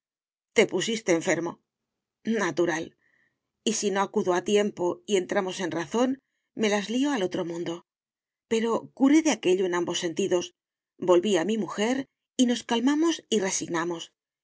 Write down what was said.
te pusiste enfermo natural y si no acudo a tiempo y entramos en razón me las lío al otro mundo pero curé de aquello en ambos sentidos volví a mi mujer y nos calmamos y resignamos